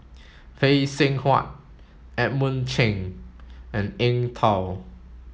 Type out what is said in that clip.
Phay Seng Whatt Edmund Chen and Eng Tow